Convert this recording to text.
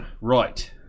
Right